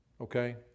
Okay